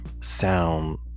sound